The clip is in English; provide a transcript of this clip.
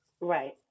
Right